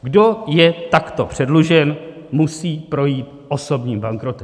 Kdo je takto předlužen, musí projít osobním bankrotem.